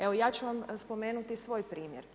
Evo ja ću vam spomenuti svoj primjer.